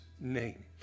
name